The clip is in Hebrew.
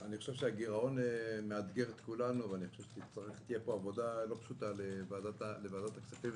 הגירעון מאתגר את כולנו ותהיה פה עבודה לא פשוטה לוועדת הכספים.